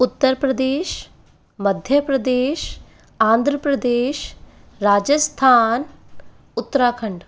Uttar Pradesh Madhya Pradesh Andhra Pradesh Rajasthan Uttarakhand